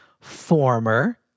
former